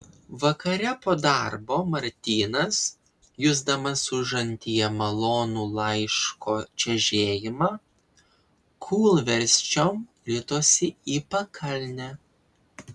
vakare po darbo martynas jusdamas užantyje malonų laiško čežėjimą kūlversčiom ritosi į pakalnę